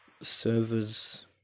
servers